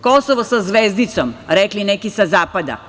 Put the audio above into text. Kosovo sa zvezdicom, rekli neki sa zapada.